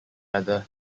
other